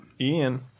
Ian